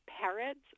Parrots